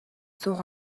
суух